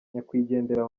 nyakwigendera